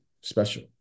special